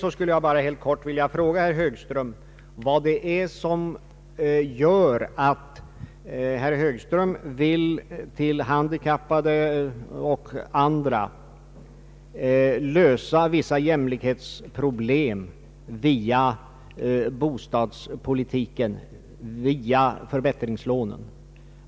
Sedan skulle jag bara helt kort vilja fråga vad det är som gör att herr Högström vill för handikappade och andra lösa vissa jämlikhetsproblem via bostadspolitiken genom förbättringslån.